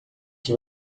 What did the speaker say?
que